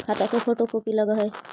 खाता के photo copy लगहै?